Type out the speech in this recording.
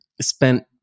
spent